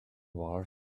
wars